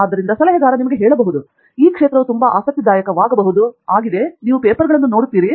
ಆದ್ದರಿಂದ ಸಲಹೆಗಾರ ಬಹುಶಃ ನಿಮಗೆ ಹೇಳಬಹುದು ಈ ಪ್ರದೇಶವು ತುಂಬಾ ಆಸಕ್ತಿದಾಯಕವಾಗಬಹುದು ನೀವು ಪೇಪರ್ಗಳನ್ನು ನೋಡುತ್ತೀರಿ